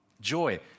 Joy